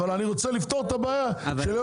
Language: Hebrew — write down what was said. אבל אני רוצה לפתור את הבעיה של יוקר המחיה.